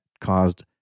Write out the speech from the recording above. caused